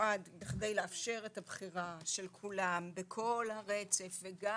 נועד לאפשר את הבחירה של כולם בכל הרצף וגם